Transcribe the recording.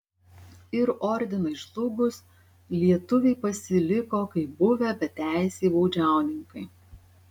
ir ordinui žlugus lietuviai pasiliko kaip buvę beteisiai baudžiauninkai